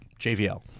JVL